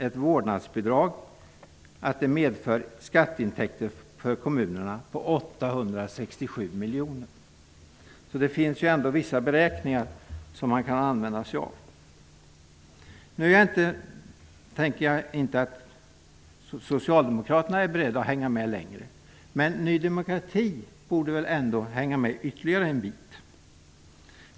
Ett vårdnadsbidrag medför skatteintäkter för kommunerna på 867 miljoner. Det finns alltså vissa beräkningar som man kan använda sig av. Nu tror jag inte att socialdemokraterna är beredda att hänga med längre. Men Ny demokrati borde väl hänga med ytterligare en bit.